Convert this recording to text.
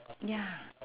ya